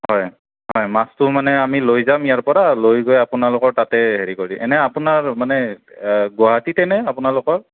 হয় হয় মাছটো মানে আমি লৈ যাম ইয়াৰ পৰা লৈ গৈ আপোনালোকৰ তাতে হেৰি কৰিম এনেই আপোনাৰ মানে গুৱাহাটীতে নে আপোনালোকৰ